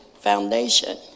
foundation